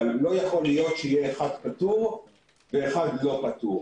אבל לא ייתכן שיהיה אחד פטור ואחד לא פטור.